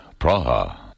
Praha